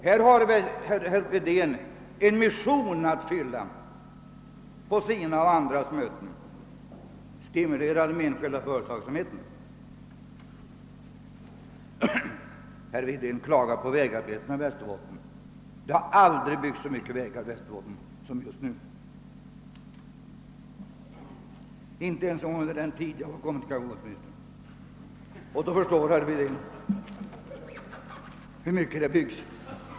Här har herr Wedén en mission att fylla på sina och andras möten: att stimulera de enskilda företagen. Herr Wedén klagade på vägarbetena i Västerbotten. Det har aldrig byggts så mycket vägar i Västerbotten som just nu — inte ens under den tid jag var kommunikationsminister, och då förstår herr Wedén hur mycket det byggs.